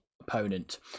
opponent